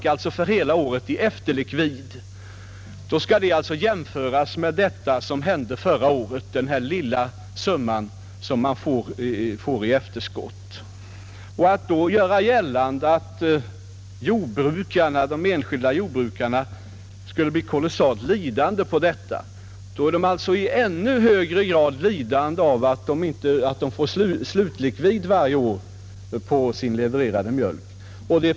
Då skall den lilla summa man får i efterskott på grund av prisstoppet jämföras med det som hände förra året och som normalt händer varje år. Om man gör gällande att de enskilda jordbrukarna skulle bli mycket lidande på detta, måste man komma ihåg att de blir ännu mera lidande på att de får slutlikvid varje år på sin levererade mjölk.